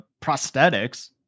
prosthetics